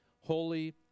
holy